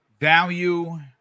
value